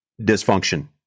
dysfunction